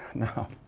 now,